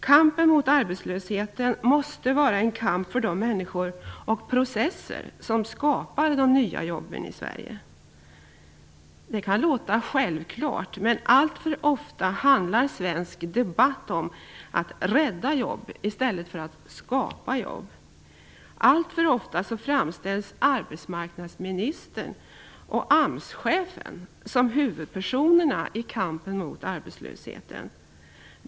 Kampen mot arbetslösheten måste vara en kamp för de människor och processer som skapar de nya jobben i Sverige. Det kan låta självklart. Men alltför ofta handlar svensk debatt om att rädda jobb i stället för att skapa jobb. Alltför ofta framställs arbetsmarknadsministern och AMS-chefen som huvudpersoner i kampen mot arbetslösheten.